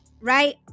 Right